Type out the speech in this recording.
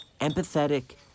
empathetic